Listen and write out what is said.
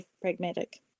pragmatic